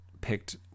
picked